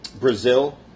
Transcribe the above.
Brazil